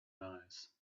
eyes